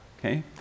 okay